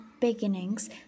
beginnings